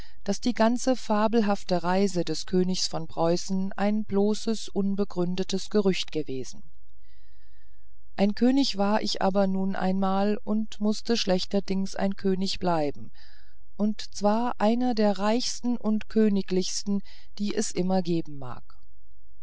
daß die ganze fabelhafte reise des königs von preußen ein bloßes ungegründetes gerücht gewesen ein könig war ich aber nun einmal und mußte schlechterdings ein könig bleiben und zwar einer der reichsten und königlichsten die es immer geben mag